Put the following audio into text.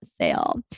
sale